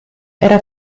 era